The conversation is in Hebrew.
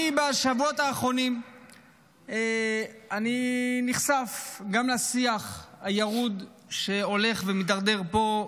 בשבועות האחרונים אני נחשף גם לשיח הירוד שהולך ומתדרדר פה,